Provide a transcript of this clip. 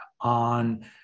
on